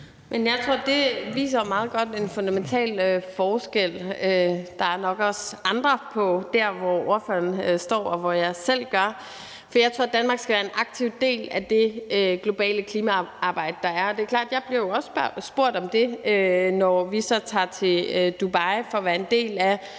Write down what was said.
(S): Jeg tror, at det meget godt viser en fundamental forskel. Der er nok også andre der, hvor ordføreren står, og hvor jeg selv gør. Jeg tror, at Danmark skal være en aktiv del af det globale klimaarbejde, der er. Det er klart, at jeg jo også bliver spurgt om det, når vi tager til Dubai for at være en del af COP28. Er det